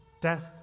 death